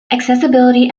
accessibility